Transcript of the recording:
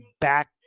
back